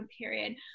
period